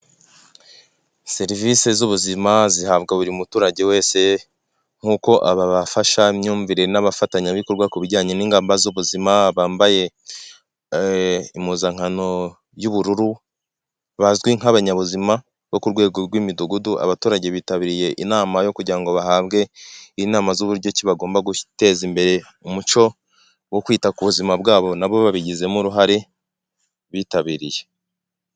Serivisi z'ubuzima zihabwa buri muturage wese nk'uko aba bafashamyumvire n'abafatanyabikorwa ku bijyanye n'ingamba z'ubuzima bambaye impuzankano y'ubururu bazwi nk'abanyabuzima bo ku rwego rw'imidugudu abaturage bitabiriye inama yo kugira ngo bahabwe inama z'uburyo ki bagomba guteza imbere umuco wo kwita ku buzima bwabo nabo babigizemo uruhare bitabiriye .